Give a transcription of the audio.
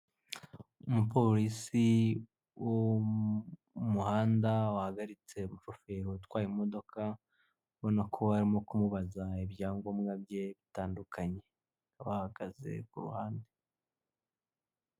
Umupolisi wo mumuhanda wahagaritse umushoferi utwaye imodoka ubonako arimo kumubaza ibyangombwa bye bitandukanye ,bahagaze kumuhanda